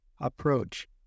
approach